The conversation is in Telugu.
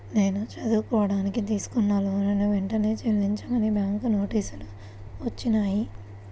నేను చదువుకోడానికి తీసుకున్న లోనుని వెంటనే చెల్లించమని బ్యాంకు నోటీసులు వచ్చినియ్యి